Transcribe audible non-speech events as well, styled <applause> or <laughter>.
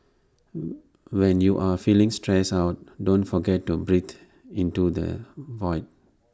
<noise> when you are feeling stressed out don't forget to breathe into the void